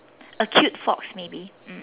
a cute fox maybe mm